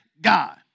God